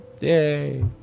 Yay